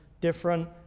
different